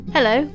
Hello